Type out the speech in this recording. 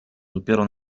dopiero